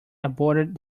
aborted